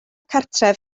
cartref